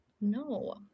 No